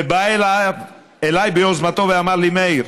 ובא אליי ביוזמתו ואמר לי: מאיר,